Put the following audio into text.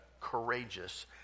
courageous